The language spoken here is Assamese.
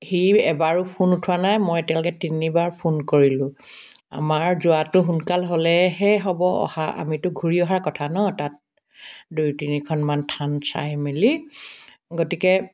সি এবাৰো ফোন উঠোৱা নাই মই এতিয়ালৈকে তিনিবাৰ ফোন কৰিলোঁ আমাৰ যোৱাটো সোনকাল হ'লেহে হ'ব অহা আমিতূ ঘুৰি অহা কথা ন তাত দুই তিনিখনমান থান চাই মেলি গতিকে